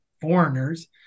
foreigners